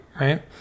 right